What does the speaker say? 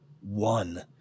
one